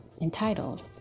entitled